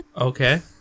Okay